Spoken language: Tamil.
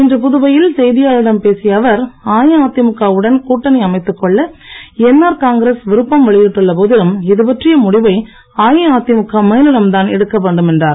இன்று புதுவையில் செய்தியாளர்களிடம் பேசிய அவர் அஇஅதிமுக உடன் கூட்டணி அமைத்துக் கொள்ள என்ஆர் காங்கிரஸ் விருப்பம் வெளியிட்டுள்ள போதிலும் இது பற்றிய முடிவை அஇஅதிமுக மேலிடம்தான் எடுக்க வேண்டும் என்றார்